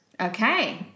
Okay